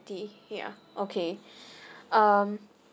yeah okay um